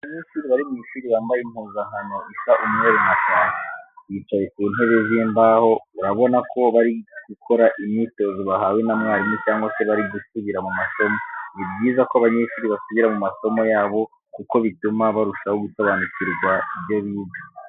Ni abanyeshuri bari mu ishuri bambaye impuzankano isa umweru na kake. Bicaye ku ntebe z'imbaho urabona ko bari gukora imyitozo bahawe na mwarimu cyangwa se bari gusubira mu masomo. Ni byiza ko abanyeshuri basubira mu masomo yabo kuko bituma barushaho gusobanukirwa ibyo biga.